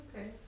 Okay